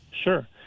Sure